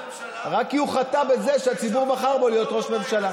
רק כי הוא חטא בזה שהציבור בחר בו להיות ראש ממשלה.